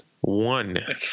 One